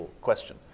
question